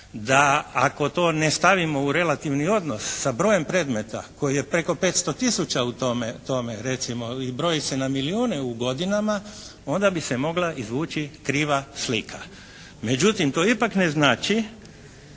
da ako to ne stavimo u relativni odnos sa brojem predmeta koji je preko 500000 u tome recimo i broji se na milione u godinama onda bi se mogla izvući kriva slika. Međutim, to ipak ne znači